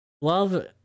Love